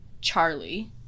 Charlie